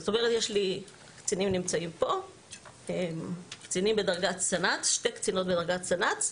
נמצאות פה שתי קצינות בדרגת סנ"צ,